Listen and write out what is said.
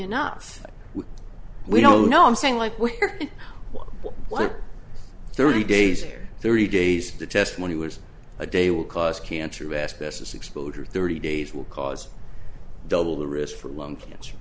enough we don't know i'm saying like we're what thirty days or thirty days to test when he was a day will cause cancer asbestos exposure thirty days will cause double the risk for lung cancer